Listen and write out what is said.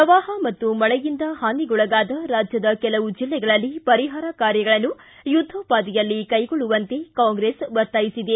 ಪ್ರವಾಹ ಮತ್ತು ಮಳೆಯಿಂದ ಹಾನಿಗೊಳಗಾದ ರಾಜ್ಯದ ಕೆಲವು ಜಿಲ್ಲೆಗಳಲ್ಲಿ ಪರಿಹಾರ ಕಾರ್ಯಗಳನ್ನು ಯುದ್ದೋಪಾದಿಯಲ್ಲಿ ಕೈಗೊಳ್ಳುವಂತೆ ಕಾಂಗ್ರೆಸ್ ಒತ್ತಾಯಿಸಿದೆ